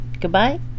goodbye